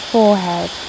Forehead